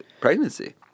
pregnancy